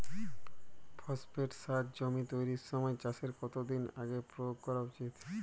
Phosphate সার জমি তৈরির সময় চাষের কত দিন আগে প্রয়োগ করা উচিৎ?